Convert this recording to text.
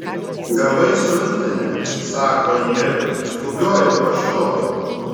gavai siuntinį sako ji skubiuoju paštu